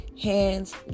Hands